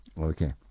Okay